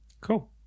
Cool